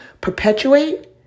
perpetuate